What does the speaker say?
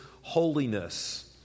holiness